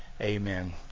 Amen